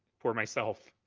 for myself.